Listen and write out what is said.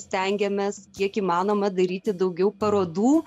stengiamės kiek įmanoma daryti daugiau parodų